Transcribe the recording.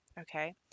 Okay